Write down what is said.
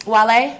Wale